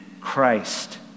Christ